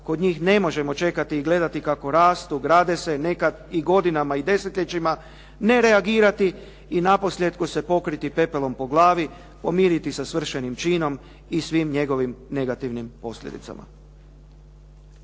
Kod njih ne možemo čekati i gledati kako rastu, grade se nekad i godinama i desetljećima, ne reagirati i naposljetku se pokriti pepelom po glavi, pomiriti se sa svršenim činom i svim njegovim negativnim posljedicama.